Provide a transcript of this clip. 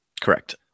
Correct